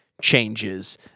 changes